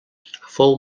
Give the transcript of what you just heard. fou